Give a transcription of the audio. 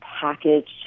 packaged